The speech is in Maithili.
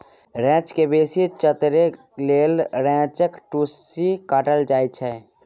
रैंचा केँ बेसी चतरै लेल रैंचाक टुस्सी काटल जाइ छै